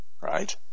right